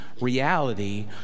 reality